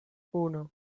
uno